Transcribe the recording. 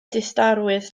distawrwydd